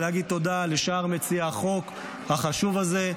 ולהגיד תודה לשאר מציעי החוק החשוב הזה.